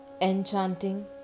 enchanting